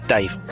Dave